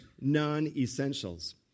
non-essentials